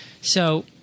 So-